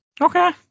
okay